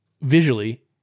visually